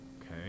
okay